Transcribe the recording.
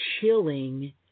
chilling